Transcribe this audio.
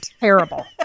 terrible